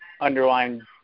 underlying